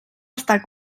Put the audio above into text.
estar